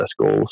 goals